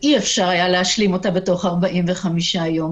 ואי-אפשר היה להשלים אותה בתוך 45 יום.